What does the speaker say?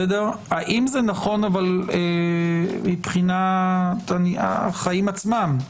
האם נכון מבחינת החיים עצמם,